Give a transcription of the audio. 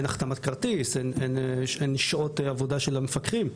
אין החתמת כרטיס, אין שעות עבודה של המפקחים.